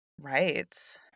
Right